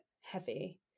heavy